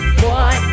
boy